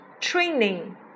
training